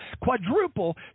quadruple